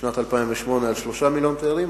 שנת 2008, על 3 מיליוני תיירים.